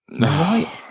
right